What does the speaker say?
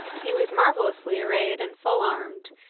he was marvellously arrayed and full armed,